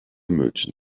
merchant